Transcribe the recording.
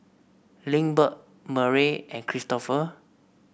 Lindbergh Murray and Kristopher